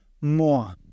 more